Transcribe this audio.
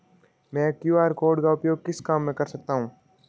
मैं QR code का उपयोग किस काम में कर सकता हूं?